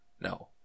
No